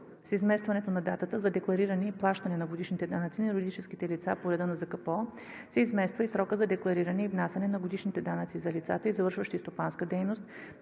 с изместването на датата за деклариране и плащане на годишните данъци на юридическите лица по реда на ЗКПО се измества и срокът за деклариране и внасяне на годишните данъци за лицата, извършващи стопанска дейност